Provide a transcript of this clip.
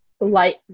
light